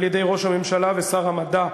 על-ידי ראש הממשלה ושר המדע,